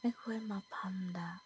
ꯑꯩꯈꯣꯏ ꯃꯐꯝꯗ